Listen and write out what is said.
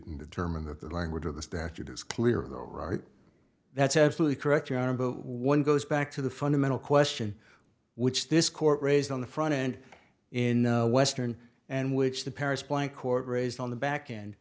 and determine that the language of the statute is clear though that's absolutely correct on a boat one goes back to the fundamental question which this court raised on the front end in the western and which the paris plank court raised on the back and